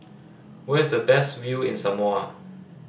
where is the best view in Samoa